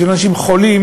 בשביל אנשים חולים,